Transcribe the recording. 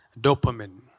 dopamine